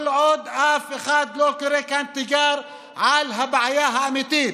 כל עוד אף אחד לא קורא כאן תיגר על הבעיה האמיתית,